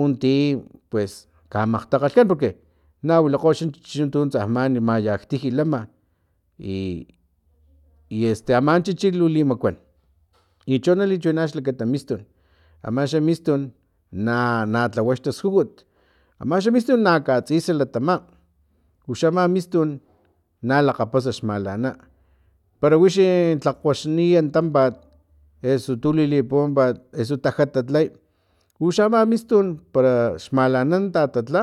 unti pues kamakgtakgakan porque nawilakgo xan chichi tuntsa man ani maniktij lama i este aman chichi lu limakuan i cho na li chiwina xlakata mistun amaxa mistun na na tsawa xtaskujut amaxa mistun na katsisa latama uxa ama mistun na lakgapasa xmalana para wixi tlawaxniy tampat eso tu lilipuwampat eso tajatat lay uxa ama mistun para xmalana tatatla